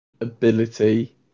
ability